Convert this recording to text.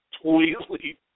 completely